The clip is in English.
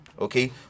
Okay